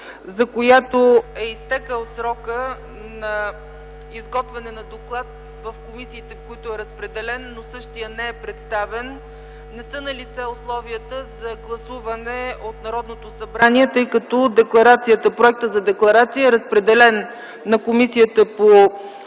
за която е изтекъл срокът на изготвяне на доклад в комисиите, на които е разпределен, но същият не е представен. Не са налице условията за гласуване от Народното събрание, тъй като проектът за декларация е разпределен на Комисията по